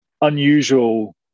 unusual